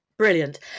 Brilliant